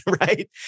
right